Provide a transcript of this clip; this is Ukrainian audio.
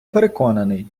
переконаний